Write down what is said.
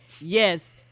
yes